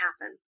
happen